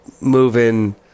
moving